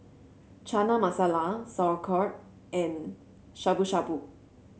Chana Masala Sauerkraut and Shabu Shabu